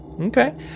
Okay